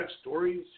stories